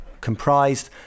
comprised